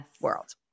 world